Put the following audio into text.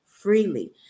freely